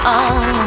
on